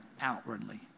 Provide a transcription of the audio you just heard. Outwardly